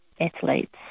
athletes